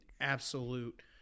absolute